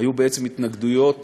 היו בעצם התנגדויות